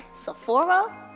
Sephora